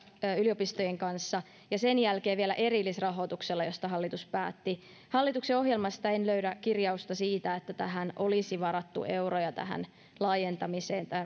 yliopistojen kanssa ja sen jälkeen vielä erillisrahoituksella josta hallitus päätti hallituksen ohjelmasta en löydä kirjausta siitä että olisi varattu euroja tähän laajentamiseen tai